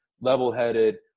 level-headed